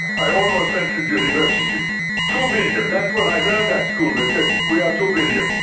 i almost entered university two two billion, that's what i learned at school, they said we are two billion.